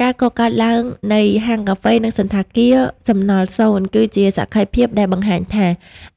ការកកើតឡើងនៃហាងកាហ្វេ និងសណ្ឋាគារ "សំណល់សូន្យ" គឺជាសក្ខីភាពដែលបង្ហាញថា